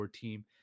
team